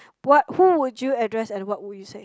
what who would you address and what would you say